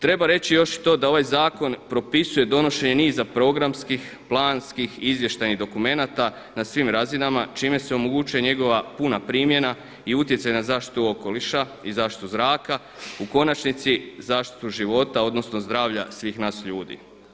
Treba reći još i to da ovaj zakon propisuje donošenje niza programskih, planskih i izvještajnih dokumenata na svim razinama čime se omogućuje njegova puna primjena i utjecaj na zaštitu okoliša i zaštitu zraka, konačnici zaštitu života, odnosno zdravlja svih nas ljudi.